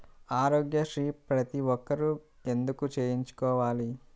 ఆరోగ్యశ్రీ ప్రతి ఒక్కరూ ఎందుకు చేయించుకోవాలి?